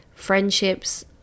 friendships